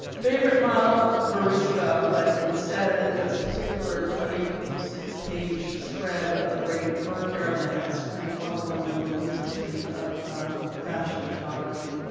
favorite model verushka went instead in this particular twenty six page spread of the great fur caravan as kind of well known within the history of fashion photography.